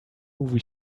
movie